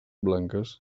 blanques